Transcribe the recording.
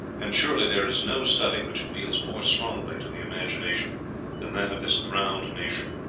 and surely there is no study which appeals more strongly to the imagination than that of this drowned nation,